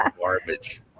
garbage